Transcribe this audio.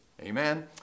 Amen